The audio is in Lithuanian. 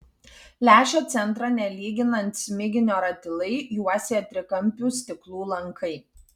lęšio centrą nelyginant smiginio ratilai juosė trikampių stiklų lankai